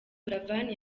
buravan